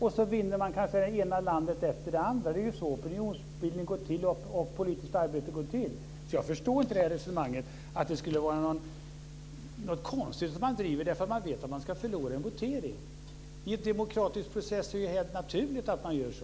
Man vinner kanske det ena landet efter det andra. Det är ju så opinionsbildning och politiskt arbete går till. Jag förstår inte resonemanget att det skulle vara något konstigt att man driver det här för att man vet att man ska förlora en votering. I en demokratisk process är det helt naturligt att man gör så.